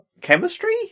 chemistry